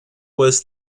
was